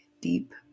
deep